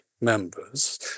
members